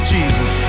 Jesus